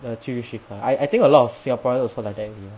the 居留许可 ah I I I think a lot of singaporean also like that lah